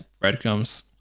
breadcrumbs